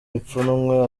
ipfunwe